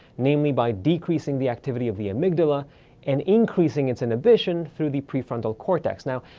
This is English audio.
namely by decreasing the activity of the amygdala and increasing its inhibition through the prefrontal cortex. now,